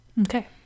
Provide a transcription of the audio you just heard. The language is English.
Okay